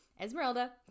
esmeralda